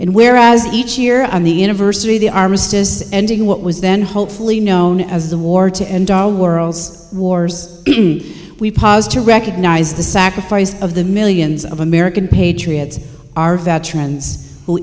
and where as each year on the inverse or the armistice ending what was then hopefully known as the war to end ah whirls wars we pause to recognize the sacrifice of the millions of american patriots our veterans who